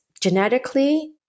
genetically